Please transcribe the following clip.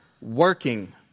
working